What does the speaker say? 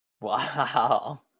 wow